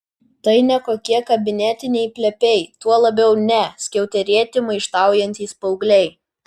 tai ne kokie kabinetiniai plepiai tuo labiau ne skiauterėti maištaujantys paaugliai